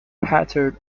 pattered